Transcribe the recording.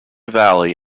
valley